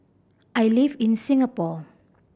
I live in Singapore